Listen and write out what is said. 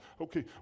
Okay